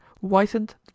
whitened